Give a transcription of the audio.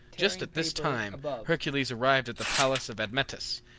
just at this time hercules arrived at the palace of admetus,